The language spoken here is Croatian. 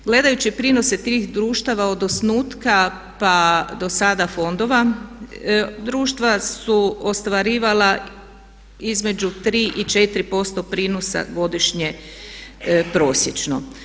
Gledajući prinose tih društava od osnutka pa dosada fondova društva su ostvarivala između 3% i 4% prinosa godišnje prosječno.